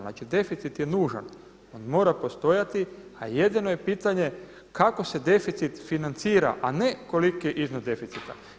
Znači deficit je nužan, on mora postojati, a jedino je pitanje kako se deficit financira, a ne koliki je iznos deficita.